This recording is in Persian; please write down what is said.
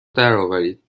درآورید